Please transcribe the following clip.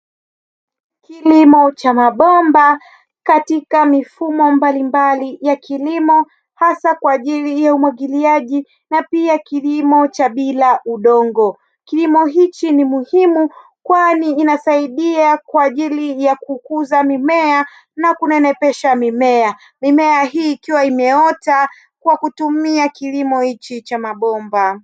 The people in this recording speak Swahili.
Kilimo cha mabomba katika mifumo mbalimbali ya kilimo, hasa kwa ajili ya umwagiliaji na pia kilimo cha bila udongo. Kilimo hiki ni muhimu kwani inasaidia kwa ajili ya kukuza mimea na kunenepesha mimea, mimea hii ikiwa imeota kwa kutumia kilimo hiki cha mabomba.